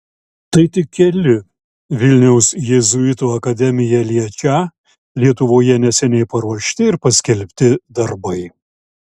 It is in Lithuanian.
tai tik keli vilniaus jėzuitų akademiją liečią lietuvoje neseniai paruošti ir paskelbti darbai